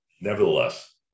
Nevertheless